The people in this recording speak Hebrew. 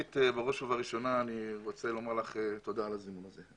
בראש ובראשונה אני רוצה לומר לך תודה על ההזמנה הזאת.